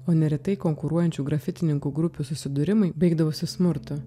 o neretai konkuruojančių grafitininkų grupių susidūrimai baigdavosi smurtu